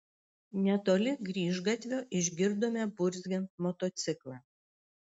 netoli kryžgatvio išgirdome burzgiant motociklą